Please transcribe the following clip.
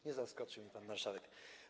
Nie zaskoczył mnie pan marszałek.